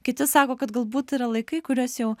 kiti sako kad galbūt yra laikai kuriuos jau